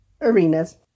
arenas